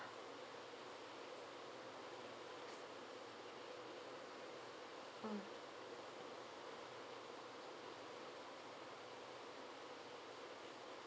mm